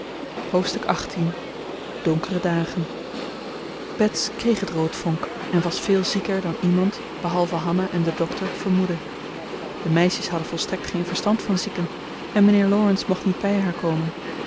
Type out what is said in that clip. hoofdstuk xviii donkere dagen bets kreeg het roodvonk en was veel zieker dan iemand behalve hanna en de dokter vermoedde de meisjes hadden volstrekt geen verstand van zieken en mijnheer laurence mocht niet bij haar komen